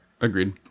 agreed